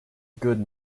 good